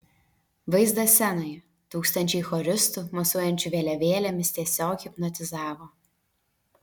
vaizdas scenoje tūkstančiai choristų mosuojančių vėliavėlėmis tiesiog hipnotizavo